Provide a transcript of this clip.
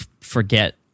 forget